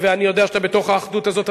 ואני יודע שאתה בתוך האחדות הזאת,